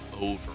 over